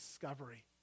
discovery